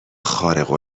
خارق